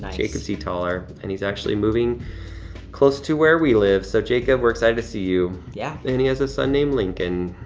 jacob c. taller and he's actually moving close to where we live. so jacob, we're excited to see you. yeah. and he has a son named lincoln.